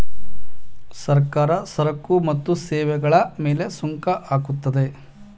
ಸರ್ಕಾರ ಸರಕು ಮತ್ತು ಸೇವೆಗಳ ಮೇಲೆ ಸುಂಕ ಹಾಕುತ್ತದೆ